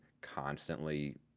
constantly